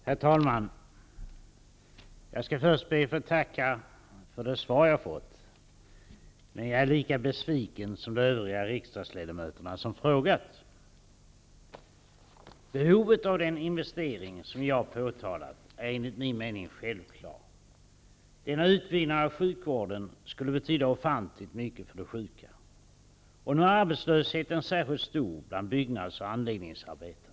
Herr talman! Jag ber först att få tacka för det svar som jag har fått, men jag är lika besviken som de övriga riksdagsledamöter som har frågat. Behovet av den investering som jag har talat om är enligt min mening självklart. Denna utbyggnad av sjukvården skulle betyda ofantligt mycket för de sjuka. Nu är arbetslösheten mycket stor bland byggnads och anläggningsarbetare.